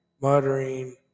muttering